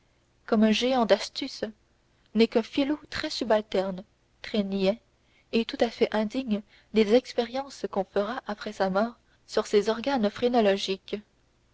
comme un géant d'astuce n'est qu'un filou très subalterne très niais et tout à fait indigne des expériences qu'on fera après sa mort sur ses organes phrénologiques